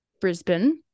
Brisbane